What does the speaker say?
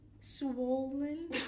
swollen